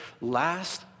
last